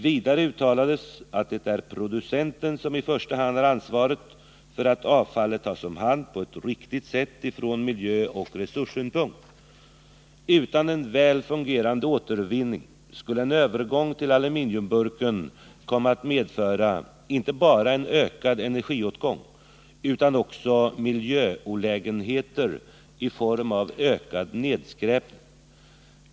Vidare uttalades att det är producenten som i första hand har ansvaret för att avfallet tas om hand på ett riktigt sätt från miljöoch resurssynpunkt. Utan en väl fungerande återvinning skulle en övergång till aluminiumburken komma att medföra inte bara en ökad energiåtgång utan också miljöolägenheter i form av ökad nedskräpning.